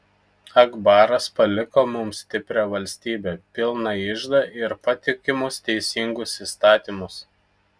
akbaras paliko mums stiprią valstybę pilną iždą ir patikimus teisingus įstatymus